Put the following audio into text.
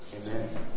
amen